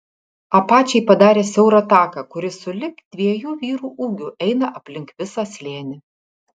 apačiai padarė siaurą taką kuris sulig dviejų vyrų ūgiu eina aplink visą slėnį